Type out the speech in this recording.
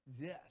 Yes